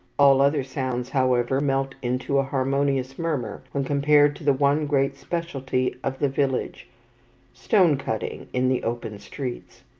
all other sounds, however, melt into a harmonious murmur when compared to the one great speciality of the village stone-cutting in the open streets.